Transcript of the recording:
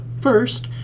first